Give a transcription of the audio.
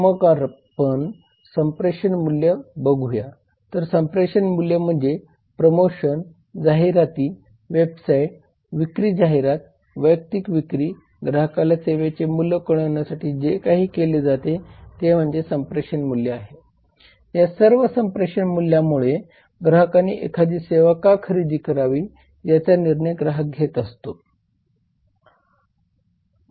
मग आपण संप्रेषण मूल्य बघूया तर संप्रेषण मूल्य म्हणजे प्रमोशन जाहिराती वेबसाइट्स विक्री जाहिराती वैयक्तिक विक्री ग्राहकाला सेवेचे मूल्य कळवण्यासाठी जे काही केले जाते ते म्हणजे संप्रेषण मूल्य आहे या सर्व संप्रेषण मूल्यामुळे ग्राहकाने एखादी सेवा का खरेदी करावी याचा निर्णय ग्राहक घेत असतो